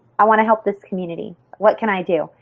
i want to help this community. what can i do?